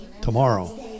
tomorrow